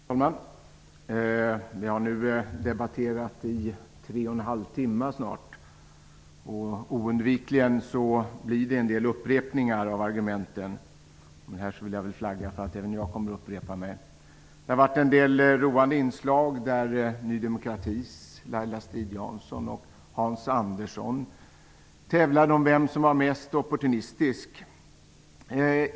Herr talman! Vi har nu debatterat i snart tre och en halv timme, och oundvikligen blir det en del upprepningar av argumenten. Det kan väl även från mig bli en del upprepningar. Det har varit en del roande inslag, där Laila Strid-Jansson från Ny demokrati och Hans Andersson har tävlat om vem som är mest opportunistisk.